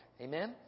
Amen